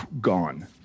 gone